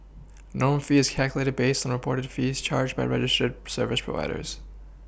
norm fee is calculated based on a portered fees charged by rider ship service providers